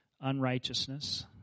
unrighteousness